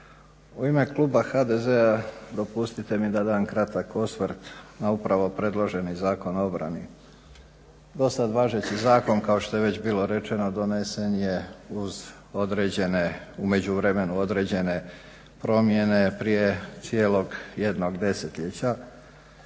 U ime kluba HDZ-a dopustite mi da dam kratak osvrt na upravo predloženi Zakon o obrani. Do sada važeći zakon kao što je već bilo rečeno donesen je u međuvremenu određene promjene prije cijelog jednog desetljeća.